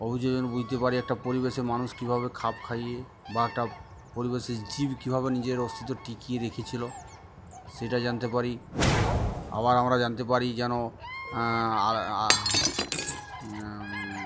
অভিযোজন বুঝতে পারি একটা পরিবেশে মানুষ কীভাবে খাপ খাইয়ে বা একটা পরিবেশের জীব কীভাবে নিজের অস্তিত্ব টিকিয়ে রেখেছিল সেটা জানতে পারি আবার আমরা জানতে পারি যেন